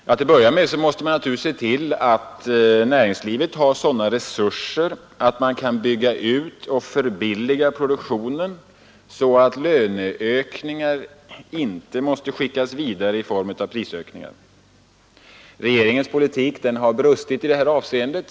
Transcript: För det första måste man naturligtvis se till att näringslivet har sådana resurser att man kan bygga ut och förbilliga produktionen, så att löneökningar inte måste skickas vidare i form av prisökningar. Regeringens politik har brustit i detta avseende.